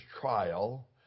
trial